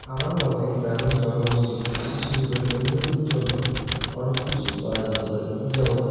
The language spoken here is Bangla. আমার মতে গ্রামীণ জনগোষ্টীর কৃষি শিল্পের উন্নতির জন্য অনেক কিছু করা যেতে পারে যেমন